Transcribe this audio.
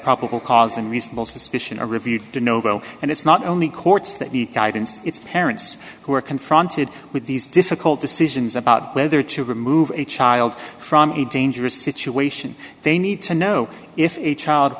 probable cause and reasonable suspicion are reviewed to novell and it's not only courts that need guidance it's parents who are confronted with these difficult decisions about whether to remove a child from a dangerous situation they need to know if a child